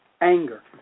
anger